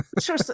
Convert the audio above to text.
Sure